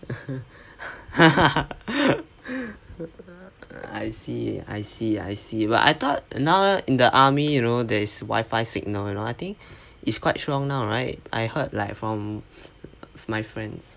ah I see I see I see but I thought now in the army you know there's WI_FI signal you know I think is quite strong now right I heard like from my friends